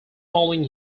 following